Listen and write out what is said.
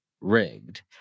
rigged